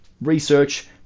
research